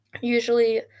usually